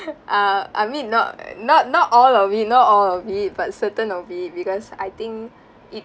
uh I mean not not not all of it not all of it but certain of it because I think it